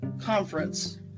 conference